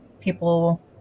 people